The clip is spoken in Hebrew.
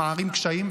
שמערים קשיים,